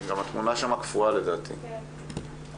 האחרונים ואני גם אתייחס למה שאמרת כרגע.